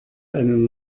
einen